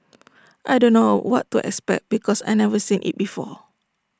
I don't know what to expect because I've never seen IT before